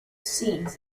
scenes